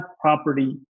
property